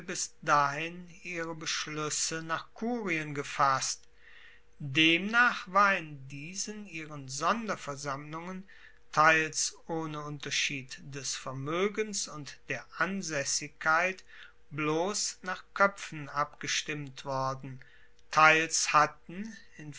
bis dahin ihre beschluesse nach kurien gefasst demnach war in diesen ihren sonderversammlungen teils ohne unterschied des vermoegens und der ansaessigkeit bloss nach koepfen abgestimmt worden teils hatten